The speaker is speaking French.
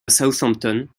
southampton